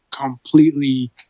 completely